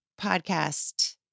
podcast